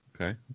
Okay